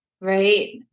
right